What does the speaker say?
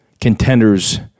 contenders